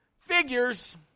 figures